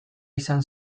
izan